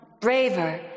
braver